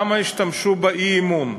כמה השתמשו באי-אמון.